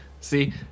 See